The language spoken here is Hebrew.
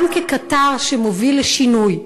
גם כקטר שמוביל לשינוי.